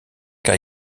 cas